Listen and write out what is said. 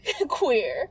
queer